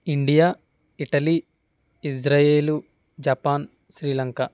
India Italy Israel Japan Sri Lanka